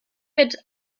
mit